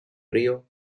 río